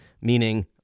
meaning